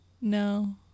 No